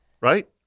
right